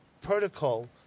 protocol